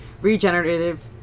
regenerative